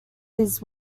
his